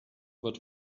wird